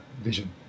vision